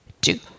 Two